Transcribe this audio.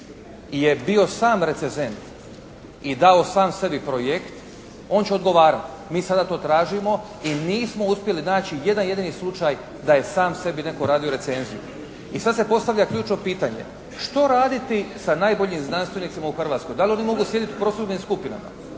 je bio sam recezent i dao sam sebi projekt on će odgovarati. Mi sada to tražimo i nismo uspjeli naći jedan jedini slučaj da je sam sebi netko radio recenziju. I sad se postavlja ključno pitanje što raditi sa najboljim znanstvenicima u Hrvatskoj? Da li oni mogu sjediti u prosudbenim skupinama?